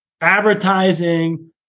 advertising